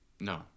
No